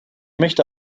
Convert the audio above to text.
möchte